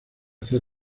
hacer